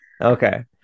Okay